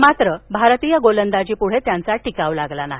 मात्र भारतीय गोलंदाजीपुढे त्यांचा टिकाव लागला नाही